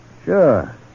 Sure